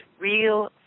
real